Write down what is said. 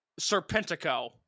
Serpentico